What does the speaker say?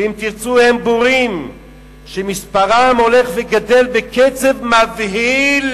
ואם תרצו: הם בורים שמספרם הולך וגדל בקצב מבהיל